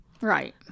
Right